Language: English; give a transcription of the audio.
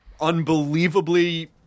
unbelievably